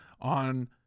on